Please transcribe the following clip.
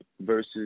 versus